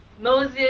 Moses